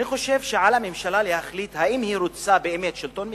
אני חושב שעל הממשלה להחליט אם היא רוצה באמת שלטון מקומי,